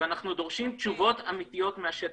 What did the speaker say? אנחנו דורשים תשובות אמתיות מהשטח.